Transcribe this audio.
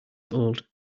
old